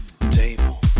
table